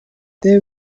they